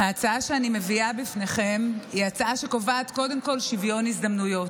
ההצעה שאני מביאה בפניכם היא הצעה שקובעת קודם כול שוויון הזדמנויות.